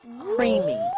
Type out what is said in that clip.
Creamy